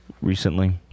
recently